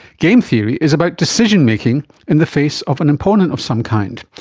game theory is about decision-making in the face of an opponent of some kind.